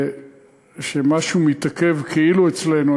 שמשהו מתעכב כאילו אצלנו,